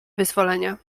wyzwolenia